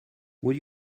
would